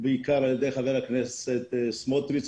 ובעיקר על ידי חבר הכנסת סמוטריץ',